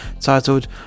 titled